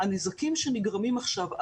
הנזקים שנגרמים עכשיו,